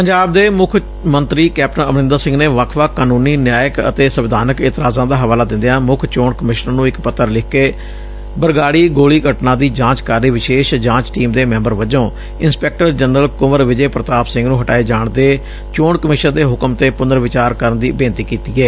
ਪੰਜਾਬ ਦੇ ਮੁੱਖ ਮੰਤਰੀ ਕੈਪਟਨ ਅਮਰਿੰਦਰ ਸਿੰਘ ਨੇ ਵੱਖ ਵੱਖ ਕਾਨੂੰਨੀ ਨਿਆਇਕ ਅਤੇ ਸੰਵਿਧਾਨਕ ਇਤਰਾਜ਼ਾਂ ਦਾ ਹਵਾਲਾ ਦਿੰਦਿਆਂ ਮੁੱਖ ਚੋਣ ਕਮਿਸ਼ਨਰ ਨੂੰ ਇਕ ਪੱਤਰ ਲਿਖ ਕੇ ਬਰਗਾੜੀ ਗੋਲੀ ਘਟਨਾ ਦੀ ਜਾਂਚ ਕਰ ਰਹੀ ਵਿਸ਼ੇਸ਼ ਜਾਂਚ ਟੀਮ ਦੇ ਮੈਂਬਰ ਵਜੋਂ ਇੰਸਪੈਕਟਰ ਜਨਰਲ ਕੁੰਵਰ ਵਿਜੇ ਪ੍ਤਾਪ ਸਿੰਘ ਨੂੰ ਹਟਾਏ ਜਾਣ ਦੇ ਚੋਣ ਕਮਿਸ਼ਨ ਦੇ ਹੁਕਮ ਤੇ ਪੁਨਰ ਵਿਚਾਰ ਕਰਨ ਦੀ ਬੇਨਤੀ ਕੀਤੀ ਏ